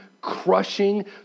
crushing